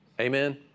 Amen